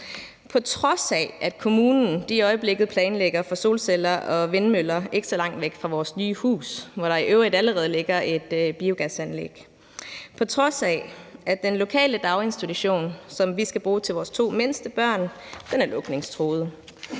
på trods af at kommunen i øjeblikket planlægger at få solceller og vindmøller ikke så langt væk fra vores nye hus, hvor der i øvrigt allerede ligger et biogasanlæg, på trods af at den lokale daginstitution, som vi skal bruge til vores to mindste børn, er lukningstruet,